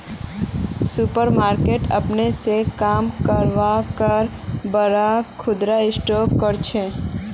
super market अपने स काम करवार बड़का खुदरा स्टोर छिके